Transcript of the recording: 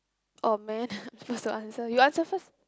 oh man I'm supposed to answer you answer first